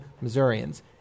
Missourians